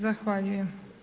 Zahvaljujem.